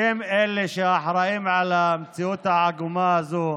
שהם שאחראים למציאות העגומה הזאת,